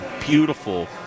beautiful